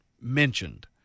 mentioned